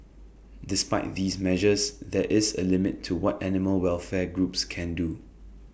despite these measures there is A limit to what animal welfare groups can do